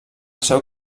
seu